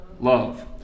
Love